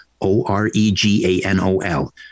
O-R-E-G-A-N-O-L